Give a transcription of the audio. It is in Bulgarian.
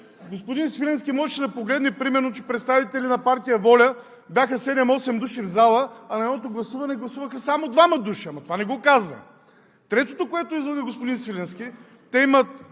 Господин Свиленски можеше да погледне примерно, че представители на Партия ВОЛЯ бяха седем-осем души в залата, а на едното гласуване гласуваха само двама души! Но това не го казва! Третото, което излъга господин Свиленски. Те имат